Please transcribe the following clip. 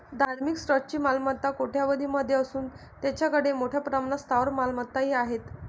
धार्मिक ट्रस्टची मालमत्ता कोट्यवधीं मध्ये असून त्यांच्याकडे मोठ्या प्रमाणात स्थावर मालमत्ताही आहेत